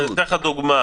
אני אתן דוגמה: